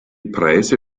preise